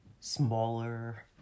smaller